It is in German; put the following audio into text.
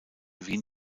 wien